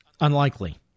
unlikely